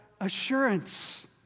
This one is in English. assurance